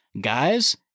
Guys